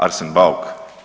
Arsen Bauk.